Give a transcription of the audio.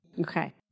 Okay